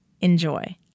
Enjoy